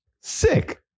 Sick